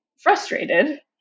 frustrated